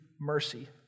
mercy